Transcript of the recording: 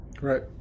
Right